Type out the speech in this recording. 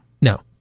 No